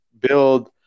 build